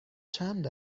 چند